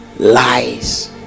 lies